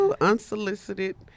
Unsolicited